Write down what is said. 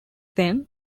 then